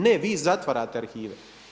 Ne, vi zatvarate arhive.